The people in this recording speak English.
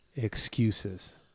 excuses